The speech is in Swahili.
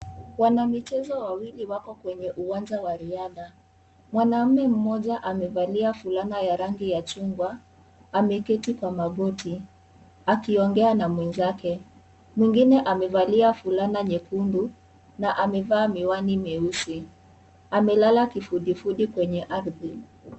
Wanamichezo wawili wako kwenye uwanja wa riadha mwanaume mmoja amevalia fulana ya rangi ya chungwa ameketi kwa magoti akiongea na mwenzake mwingine amevalia fulana nyekundu na amevaa miwani myeusi. Amelala kifudifiudi kwenye ardhi.